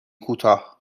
کوتاه